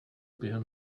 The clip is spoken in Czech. během